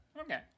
Okay